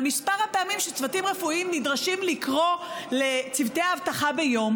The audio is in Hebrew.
על מספר הפעמים שהצוותים הרפואיים נדרשים לקרוא לצוותי אבטחה ביום,